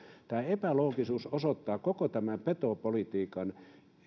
tämä epäloogisuus osoittaa koko tämän petopolitiikan